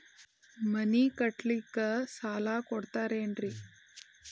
ಮನಿ ಕಟ್ಲಿಕ್ಕ ಸಾಲ ಕೊಡ್ತಾರೇನ್ರಿ?